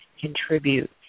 contribute